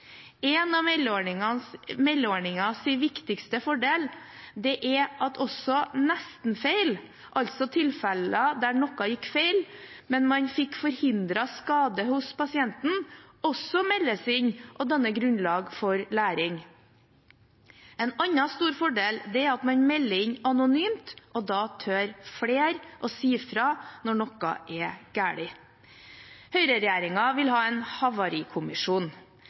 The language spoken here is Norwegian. viktigste fordel er at også nestenfeil – tilfeller der noe gikk feil, men der man fikk forhindret skade hos pasienten – meldes inn og danner grunnlag for læring. En annen stor fordel er at man melder inn anonymt. Da tør flere si fra når noe er galt. Høyreregjeringen vil ha en havarikommisjon.